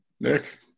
Nick